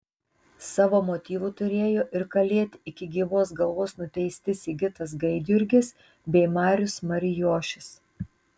savo motyvų turėjo ir kalėti iki gyvos galvos nuteisti sigitas gaidjurgis bei marius marijošius